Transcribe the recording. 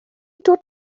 dod